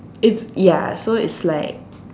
it's ya so it's like